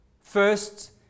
First